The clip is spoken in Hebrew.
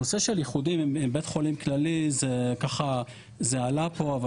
הנושא של איחודים עם בית חולים כללי זה עלה פה אבל